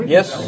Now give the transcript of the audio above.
Yes